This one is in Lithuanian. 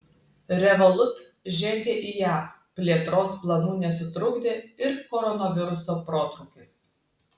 revolut žengia į jav plėtros planų nesutrukdė ir koronaviruso protrūkis